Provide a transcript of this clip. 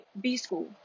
B-School